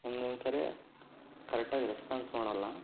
ಒಂದೊಂದು ಸರಿ ಕರೆಕ್ಟಾಗಿ ರೆಸ್ಪಾನ್ಸ್ ಮಾಡಲ್ಲ